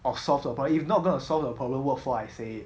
or solve the problem if not going to solve the problem what for I say it